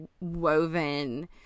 woven